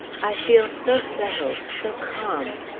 i feel so settled, so calm!